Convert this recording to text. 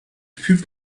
fut